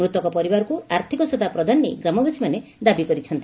ମୃତକ ପରିବାରକୁ ଆର୍ଥିକ ସହାୟତା ପ୍ରଦାନ ନେଇ ଗ୍ରାମବାସୀମାନେ ଦାବି କରିଛନ୍ତି